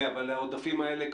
אבל העודפים האלה,